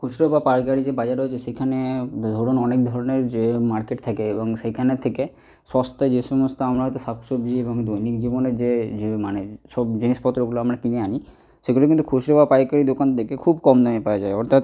খুচরো বা পাইকারি যে বাজার রয়েছে সেখানে ধরুন অনেক ধরনের যে মার্কেট থাকে এবং সেখানে থেকে সস্তা যে সমস্ত আমরা হয়তো শাক সবজি এবং দৈনিক জীবনে যে যে মানে সব জিনিসপত্রগুলো আমরা কিনে আনি সেগুলো কিন্তু খুচরো বা পাইকারি দোকান থেকে খুব কম দামে পাওয়া যায় অর্থাৎ